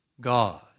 God